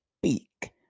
speak